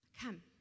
come